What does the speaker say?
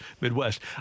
Midwest